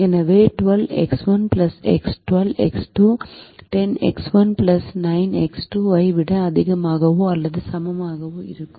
எனவே 12X1 12X2 10X1 9X2 ஐ விட அதிகமாகவோ அல்லது சமமாகவோ இருக்கும்